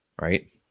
right